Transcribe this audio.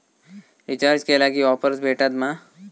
Recharge केला की offers भेटात मा?